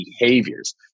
behaviors